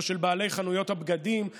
או של בעלי חנויות הבגדים,